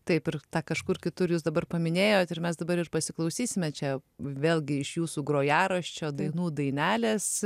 taip ir tą kažkur kitur jūs dabar paminėjot ir mes dabar ir pasiklausysime čia vėlgi iš jūsų grojaraščio dainų dainelės